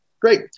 Great